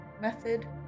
method